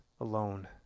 alone